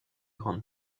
grande